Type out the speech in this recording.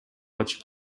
ачык